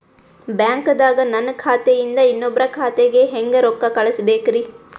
ಬ್ಯಾಂಕ್ದಾಗ ನನ್ ಖಾತೆ ಇಂದ ಇನ್ನೊಬ್ರ ಖಾತೆಗೆ ಹೆಂಗ್ ರೊಕ್ಕ ಕಳಸಬೇಕ್ರಿ?